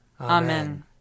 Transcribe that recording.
Amen